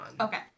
Okay